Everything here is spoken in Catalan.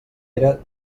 era